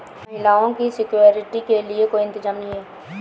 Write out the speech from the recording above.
महिलाओं की सिक्योरिटी के लिए कोई इंतजाम नहीं है